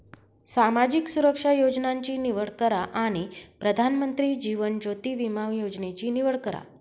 सामाजिक सुरक्षा योजनांची निवड करा आणि प्रधानमंत्री जीवन ज्योति विमा योजनेची निवड करा